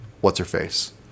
What's-Her-Face